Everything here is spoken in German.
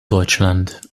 deutschland